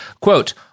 Quote